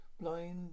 blind